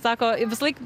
sako visąlaik